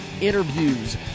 interviews